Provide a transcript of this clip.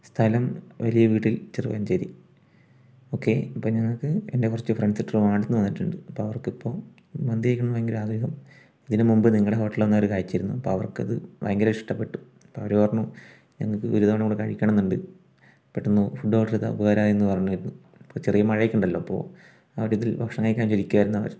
സ്ഥലം വലിയ വീട്ടിൽ ചെറുവാഞ്ചേരി ഓക്കേ അപ്പോൾ ഞങ്ങൾക്ക് എന്റെ കുറച്ച് ഫ്രെണ്ട്സ് ട്രിവാൻഡ്രാത്തിൽ നിന്നു വന്നിട്ടുണ്ട് അപ്പോൾ അവർക്കിപ്പോൾ മന്തി കഴിക്കണമെന്ന് ഭയങ്കര ആഗ്രഹം ഇതിന് മുൻപ് നിങ്ങളുടെ ഹോട്ടലിൽ വന്നവർ കഴിച്ചിരുന്നു അപ്പോൾ അവർക്കത് ഭയങ്കര ഇഷ്ടപ്പെട്ടു അപ്പോൾ അവര് പറഞ്ഞു ഞങ്ങൾക്ക് ഒരുതവണ കൂടി കഴിക്കണമെന്നുണ്ട് പെട്ടന്ന് ഫുഡ് ഓർഡർ ചെയ്താൽ ഉപകാരമായിരുന്നു പറഞ്ഞിരുന്നു ഇപ്പോൾ ചെറിയ മഴയൊക്കെ ഉണ്ടല്ലോ അപ്പോൾ ആ ഒരിതിൽ ഭക്ഷണം കഴിക്കാനിരിക്കുകയായിരുന്നവർ